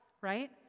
right